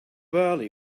early